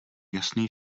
jasný